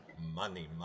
money